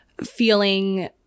feeling